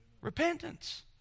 repentance